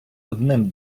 одним